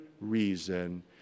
reason